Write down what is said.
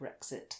Brexit